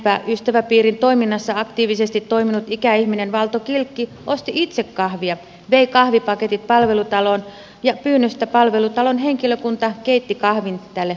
näinpä ystäväpiirin toiminnassa aktiivisesti toiminut ikäihminen valto kilkki osti itse kahvia vei kahvipaketit palvelutaloon ja pyynnöstä palvelutalon henkilökunta keitti kahvin tälle ystäväpiirille